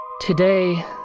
Today